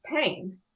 pain